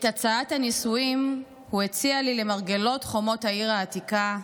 את הצעת הנישואין הוא הציע לי למרגלות חומות העיר העתיקה,